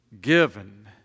given